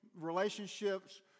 relationships